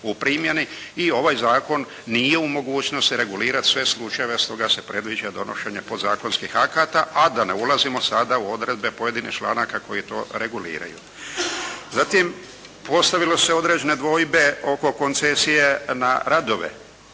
i ovaj zakon nije u mogućnosti regulirati sve slučajeve. Stoga se predviđa donošenje podzakonskih akata, a da ne ulazimo sada u odredbe pojedinih članaka koji to reguliraju. Zatim, postavile su se određene dvojbe oko koncesije na radove.